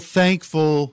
thankful